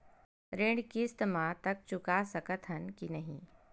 ऋण किस्त मा तक चुका सकत हन कि नहीं?